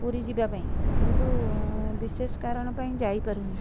ପୁରୀ ଯିବା ପାଇଁ କିନ୍ତୁ ବିଶେଷ କାରଣ ପାଇଁ ଯାଇପାରୁନି